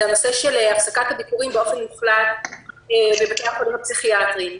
הוא הפסקת הביקורים באופן מוחלט בבתי החולים הפסיכיאטריים.